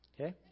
Okay